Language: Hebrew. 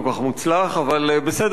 אבל בסדר, ניסית לפחות.